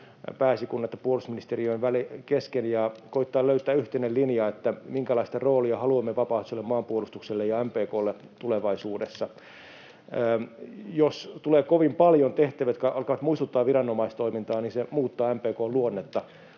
pääesikunnan että puolustusministeriön kesken ja koettaa löytää yhteinen linja siinä, minkälaista roolia haluamme vapaaehtoiselle maanpuolustukselle ja MPK:lle tulevaisuudessa. Jos tulee kovin paljon tehtäviä, jotka alkavat muistuttaa viranomaistoimintaa, niin se muuttaa MPK:n luonnetta